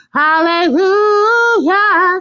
hallelujah